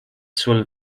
sul